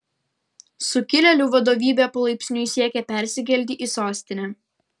sukilėlių vadovybė palaipsniui siekia persikelti į sostinę